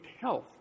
health